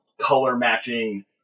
color-matching